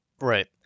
Right